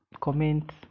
comment